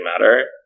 matter